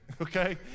okay